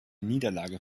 niederlage